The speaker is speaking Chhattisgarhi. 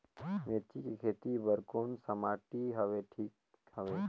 मेथी के खेती बार कोन सा माटी हवे ठीक हवे?